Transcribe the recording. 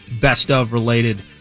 best-of-related